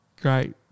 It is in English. Great